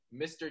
Mr